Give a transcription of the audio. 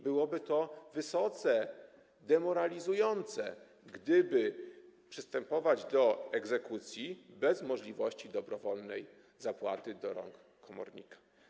Byłoby to wysoce demoralizujące, gdyby przystępowano do egzekucji bez możliwości dobrowolnej zapłaty do rąk komornika.